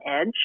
edge